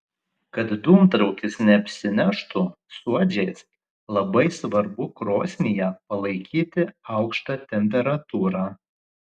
kad dūmtraukis neapsineštų suodžiais labai svarbu krosnyje palaikyti aukštą temperatūrą